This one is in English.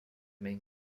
main